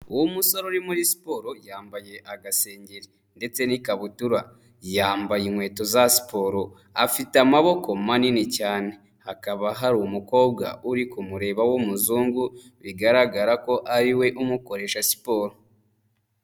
Uwo musore uri muri siporo yambaye agasengeri ndetse n'ikabutura, yambaye inkweto za siporo afite amaboko manini cyane, hakaba hari umukobwa uri kumureba w'umuzungu, bigaragara ko ariwe umukoresha siporo.